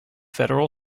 federal